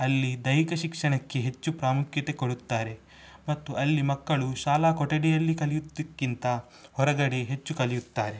ಅಲ್ಲಿ ದೈಹಿಕ ಶಿಕ್ಷಣಕ್ಕೆ ಹೆಚ್ಚು ಪ್ರಾಮುಖ್ಯತೆ ಕೊಡುತ್ತಾರೆ ಮತ್ತು ಅಲ್ಲಿ ಮಕ್ಕಳು ಶಾಲಾ ಕೊಠಡಿಯಲ್ಲಿ ಕಲಿಯುದಕ್ಕಿಂತ ಹೊರಗಡೆ ಹೆಚ್ಚು ಕಲಿಯುತ್ತಾರೆ